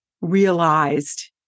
realized